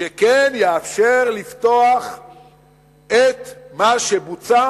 שכן יאפשר לפתוח את מה שבוצע